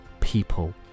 people